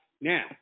now